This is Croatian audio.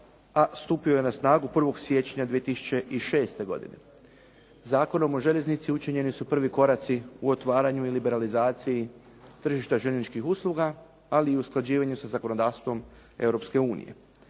a stupio je na snagu 1. siječnja 2006. godine. Zakonom o željeznici učinjeni su prvi pomaci u otvaranju i liberalizaciji tržišta željezničkih usluga ali i usklađivanje sa zakonodavstvom Europske unije.